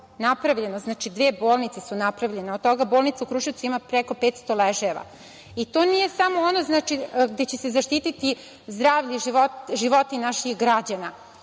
napravljeno dve bolnice napravljene, a od toga bolnica u Kruševcu ima preko 500 ležajeva. To nije samo ono gde će se zaštiti zdravlje i životi naših građana,